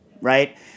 right